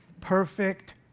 perfect